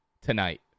tonight